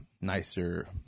nicer